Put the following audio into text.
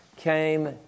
came